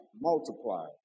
multiply